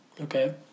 Okay